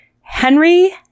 Henry